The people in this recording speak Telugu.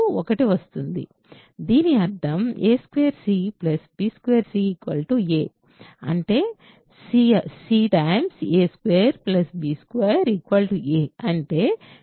దీని అర్థం a2 c b 2c a అంటే c a2b2 a అంటే c a a2b2